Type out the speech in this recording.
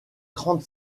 trente